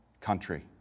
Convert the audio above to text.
country